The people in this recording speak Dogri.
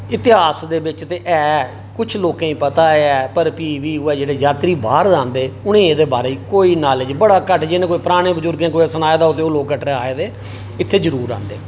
इतेहास दे बिच ते ऐ कुछ लोकें ई पता ऐ पर फ्ही बी उ'ऐ जेह्ड़े यात्री बाह्र दा आंदे उ'नें एह्दे बारे च कोई नालेज बड़ा घट्ट् जि'नें कोई पराने बजुर्गें कुतै सनाए दा होग ते ओह् लोक कटरै आए दे इत्थै जरूर आंदे